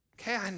Okay